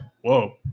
Whoa